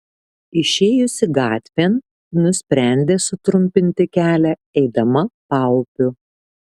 išėjusi gatvėn nusprendė sutrumpinti kelią eidama paupiu